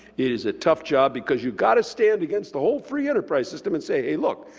it is a tough job, because you got to stand against the whole free enterprise system and say, hey, look,